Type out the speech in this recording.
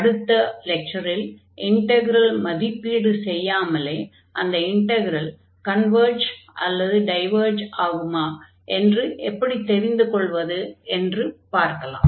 அடுத்த லெக்சரில் இன்டக்ரல் மதிப்பீடு செய்யாமலே அந்த இன்டக்ரல் கன்வர்ஜ் அல்லது டைவர்ஜ் ஆகுமா என்று எப்படித் தெரிந்து கொள்வது என்று பார்க்கலாம்